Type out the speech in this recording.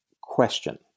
question